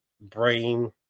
brain